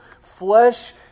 flesh